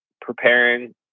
preparing